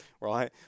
right